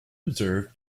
observes